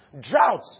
Drought